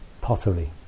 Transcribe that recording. pottery